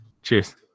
Cheers